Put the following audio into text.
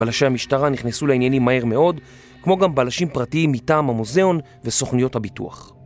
בלשי המשטרה נכנסו לעניינים מהר מאוד, כמו גם בלשים פרטיים מטעם המוזיאון וסוכניות הביטוח